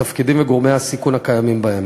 התפקידים וגורמי הסיכון הקיימים בהם.